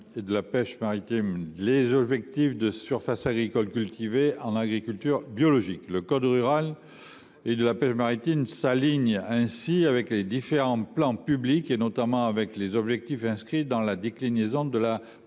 et de la pêche maritime des objectifs de surfaces agricoles cultivées en agriculture biologique. Les dispositions de ce code s’aligneraient ainsi avec les différents plans publics, notamment avec les objectifs inscrits dans la déclinaison de la PAC